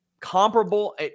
comparable